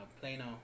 Plano